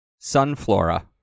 Sunflora